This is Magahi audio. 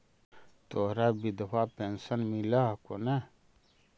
तोहरा विधवा पेन्शन मिलहको ने?